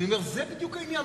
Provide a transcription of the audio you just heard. זה בדיוק העניין.